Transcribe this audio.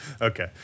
Okay